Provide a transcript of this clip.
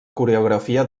coreografia